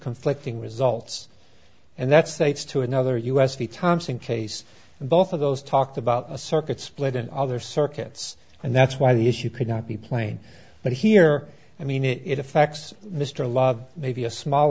conflicting results and that's the it's to another us v thompson case both of those talked about a circuit split in other circuits and that's why the issue could not be plain but here i mean it effects mr love maybe a small